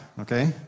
okay